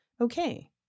Okay